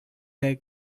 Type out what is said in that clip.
egg